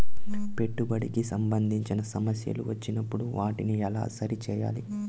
పెట్టుబడికి సంబంధించిన సమస్యలు వచ్చినప్పుడు వాటిని ఎలా సరి చేయాలి?